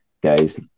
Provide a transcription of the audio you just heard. guys